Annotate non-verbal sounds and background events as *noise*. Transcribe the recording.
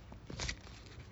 *noise*